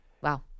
Wow